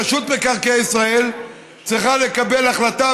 רשות מקרקעי ישראל צריכה לקבל החלטה,